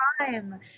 time